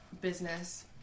business